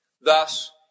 Thus